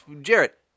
Jarrett